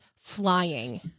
flying